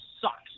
sucks